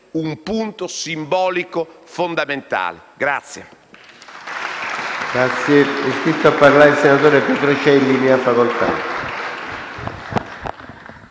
un elemento simbolico fondamentale.